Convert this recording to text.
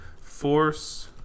Force